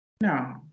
No